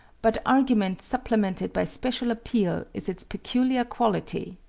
but argument supplemented by special appeal is its peculiar quality.